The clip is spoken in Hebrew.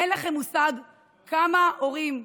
אין לכם מושג כמה הורים,